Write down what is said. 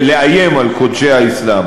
או לאיים על קודשי האסלאם,